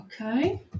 Okay